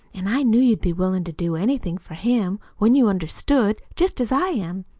an' i knew you'd be willin' to do anything for him, when you understood, jest as i am.